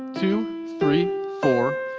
two, three, four,